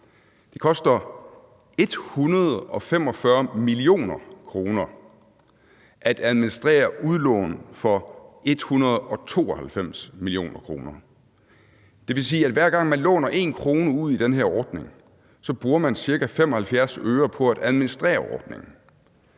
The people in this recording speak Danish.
Det koster 145 mio. kr. at administrere udlån for 192 mio. kr. Det vil sige, at man, hver gang man i den her ordning låner 1 kr. ud, bruger ca. 75 øre på at administrere ordningen,